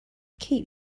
keep